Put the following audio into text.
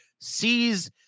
sees